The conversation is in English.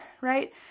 Right